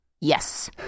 Yes